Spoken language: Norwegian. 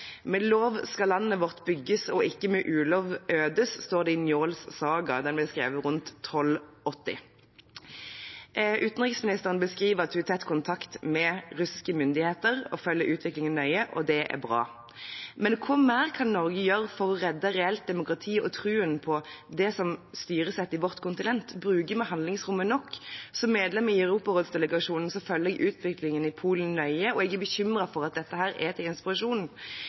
Med lov skal landet bygges, og ikke med ulov ødes, står det i Njåls saga. Den ble skrevet rundt 1280. Utenriksministeren beskriver at hun har tett kontakt med russiske myndigheter og følger utviklingen nøye, og det er bra. Men hva mer kan Norge gjøre for å redde reelt demokrati og troen på det som styresett på vårt eget kontinent? Bruker vi handlingsrommet nok? Som medlem i Europarådsdelegasjonen følger jeg utviklingen i Polen nøye, og jeg er bekymret for at dette er til inspirasjon.